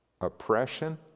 oppression